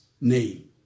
name